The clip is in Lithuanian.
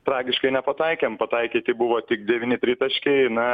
tragiškai nepataikėm pataikyti buvo tik devyni tritaškiai na